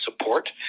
support